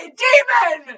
demon